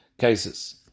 cases